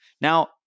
Now